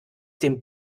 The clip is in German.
dem